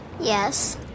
yes